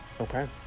Okay